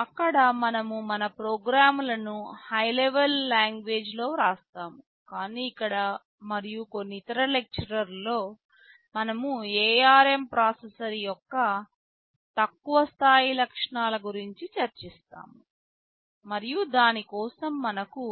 అక్కడ మనము మన ప్రోగ్రాములను హై లెవెల్ లాంగ్వేజ్ లో వ్రాస్తాము కానీ ఇక్కడ మరియు కొన్ని ఇతర లెక్చర్లలో మనము ARM ప్రాసెసర్ యొక్క తక్కువ స్థాయి లక్షణాల గురించి చర్చిస్తాము మరియు దాని కోసం మనకు